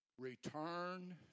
Return